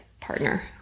partner